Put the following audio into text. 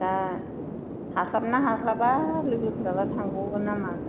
दा हास्लाबोना हास्लाबा लोगोफोराबा थांग'गोन ना मागोन